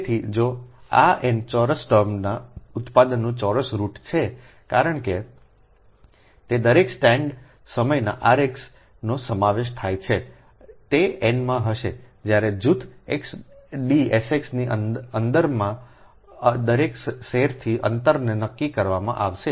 તેથી જો આ n ચોરસ ટર્મના ઉત્પાદનનો ચોરસ રુટ છે કારણ કે તે દરેક સ્ટેન્ડ સમયના rX નો સમાવેશ થાય છે તે n માં હશે જ્યારે જૂથ X D sx ની અંદરના દરેક સેરથી અંતર નક્કી કરવામાં આવશે